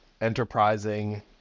enterprising